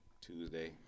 Tuesday